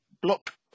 Block